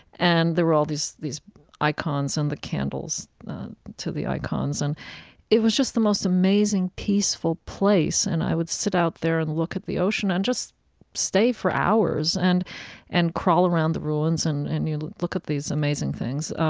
and there were all these these icons and the candles to the icons. and it was just the most amazing peaceful place. and i would sit out there and look at the ocean and just stay for hours and and crawl around the ruins and and look at these amazing things.